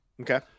Okay